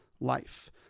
life